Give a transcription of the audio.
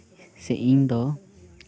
ᱥᱮ ᱤᱧᱫᱚ